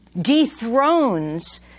dethrones